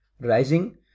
rising